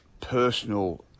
personal